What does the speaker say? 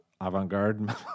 avant-garde